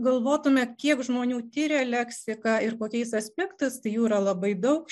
galvotume kiek žmonių tiria leksiką ir kokiais aspektais tai jų yra labai daug